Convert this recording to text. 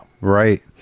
right